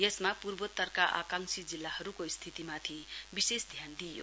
यसमा पूर्वोत्तरका आंकाक्षी जिल्लाहरूको स्थितिमाथि विशेष ध्यान दिइयो